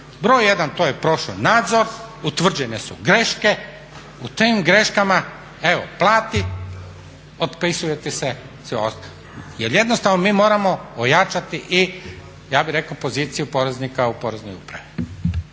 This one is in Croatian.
Broj 1 to je prošao nadzor, utvrđene su greške, u tim greškama evo plati, otpisuje ti se sve ostalo. Jer jednostavno mi moramo ojačati i ja bih rekao poziciju poreznika u Poreznoj upravi.